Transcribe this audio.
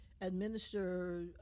administer